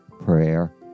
prayer